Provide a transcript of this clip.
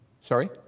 Sorry